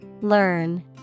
Learn